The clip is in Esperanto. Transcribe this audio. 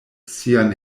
sian